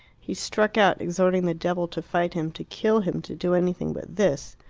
he struck out, exhorting the devil to fight him, to kill him, to do anything but this.